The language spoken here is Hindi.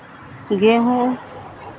गेहूँ